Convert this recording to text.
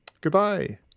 Goodbye